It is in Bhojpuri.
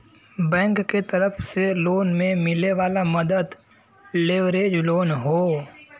बैंक के तरफ से लोन में मिले वाला मदद लेवरेज लोन हौ